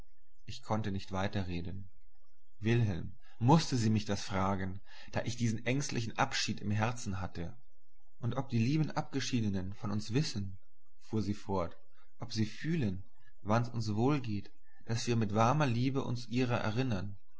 ich konnte nicht weiter reden wilhelm mußte sie mich das fragen da ich diesen ängstlichen abschied im herzen hatte und ob die lieben abgeschiednen von uns wissen fuhr sie fort ob sie fühlen wann's uns wohl geht daß wir mit warmer liebe uns ihrer erinnern